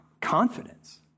Confidence